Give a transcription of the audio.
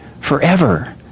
forever